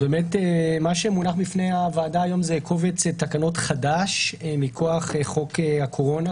מה שמונח בפני הוועדה היום זה קובץ תקנות חדש מכוח חוק הקורונה,